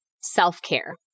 self-care